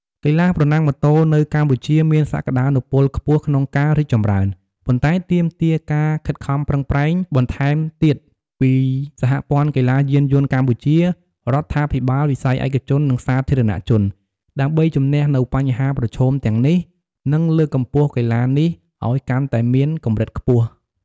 កីឡាប្រណាំងម៉ូតូនៅកម្ពុជាមានសក្តានុពលខ្ពស់ក្នុងការរីកចម្រើន ប៉ុន្តែទាមទារការខិតខំប្រឹងប្រែងបន្ថែមទៀតពី សហព័ន្ធកីឡាយានយន្តកម្ពុជា រដ្ឋាភិបាល វិស័យឯកជន និងសាធារណជន ដើម្បីជំនះនូវបញ្ហាប្រឈមទាំងនេះ និងលើកកម្ពស់កីឡានេះឱ្យកាន់តែមានកម្រិតខ្ពស់។